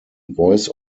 voice